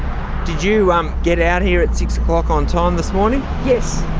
did you um get out here at six o'clock on time this morning? yes!